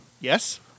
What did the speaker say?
Yes